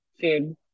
food